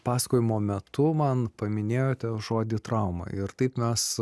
pasakojimo metu man paminėjote žodį trauma ir taip mes